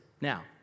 Now